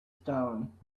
stone